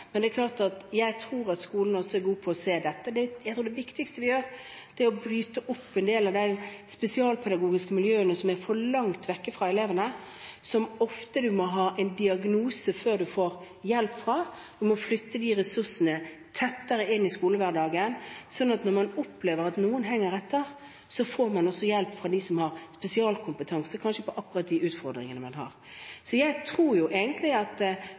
men jeg tror at skolen også er god til å se dette. Jeg tror det viktigste vi gjør, er å bryte opp en del av de spesialpedagogiske miljøene som er for langt vekke fra elevene – ofte må man ha en diagnose før man får hjelp – og flytte de ressursene tettere inn i skolehverdagen, slik at når man opplever at noen henger etter, får man hjelp fra dem som har spesialkompetanse kanskje på akkurat de utfordringene man ser. Jeg tror egentlig at